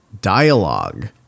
dialogue